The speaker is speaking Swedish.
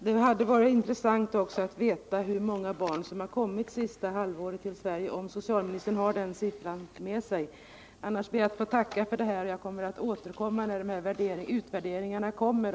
Herr talman! Det skulle vara intressant att också få veta hur många adoptivbarn som har kommit till Sverige under det senaste halvåret, om socialministern har den siffran med sig. Om inte, vill jag tacka för de svar jag fått, och jag ber att få återkomma när utvärderingarna har gjorts.